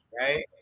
right